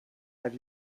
have